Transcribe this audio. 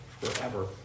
forever